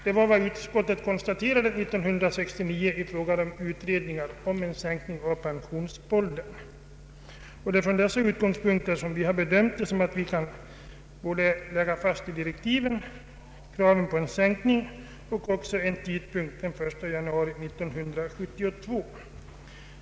Det var alltså vad utskottet konstaterade 1969 i fråga om utredningar om en sänkning av pensionsåldern. Det är från dessa utgångspunkter som vi har bedömt att vi kan lägga fast i direktiven kravet på en sänkning och också en tidpunkt, den 1 januari 1972.